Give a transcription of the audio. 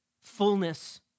fullness